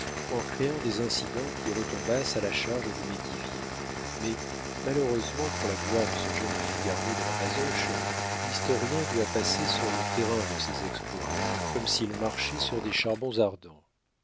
en créant des incidents qui retombassent à la charge de métivier mais malheureusement pour la gloire de ce jeune figaro de la basoche l'historien doit passer sur le terrain de ses exploits comme s'il marchait sur des charbons ardents